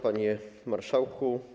Panie Marszałku!